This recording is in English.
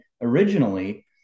originally